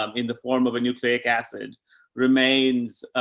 um in the form of a nucleic acid remains,